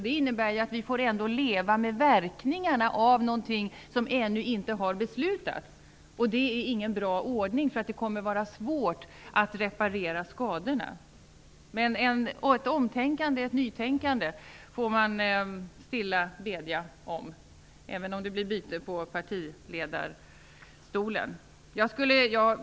Det innebär att vi ändå får leva med verkningarna av någonting som ännu inte har beslutats. Det är ingen bra ordning. Det kommer att vara svårt att reparera skadorna. Ett nytänkande får man stilla bedja om, även om det blir byte på partiledarstolen.